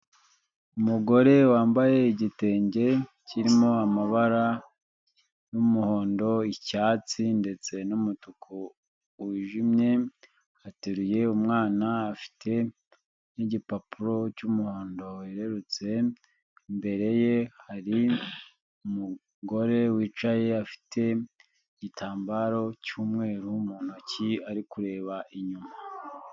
Umugore wambaye igitenge kirimo amabara y'umuhondo, icyatsi, ndetse n'umutuku wijimye, ateruye umwana, afite n'igipapuro cy'umuhondo wererutse, imbere ye hari umugore wicaye afite igitambaro cy'umweru mu ntoki, ari kureba inyuma.